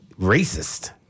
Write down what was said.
racist